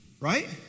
right